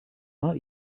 not